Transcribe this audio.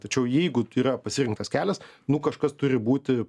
tačiau jeigu yra pasirinktas kelias nu kažkas turi būti